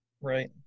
Right